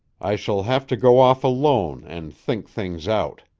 i shall have to go off alone and think things out.